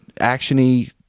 actiony